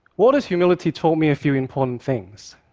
water's humility taught me a few important things.